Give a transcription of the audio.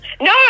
No